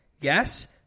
Yes